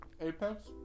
Apex